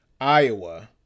Iowa